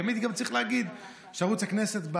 והאמת שגם צריך להגיד שערוץ הכנסת,